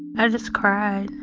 i just cried.